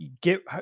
Get